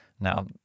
Now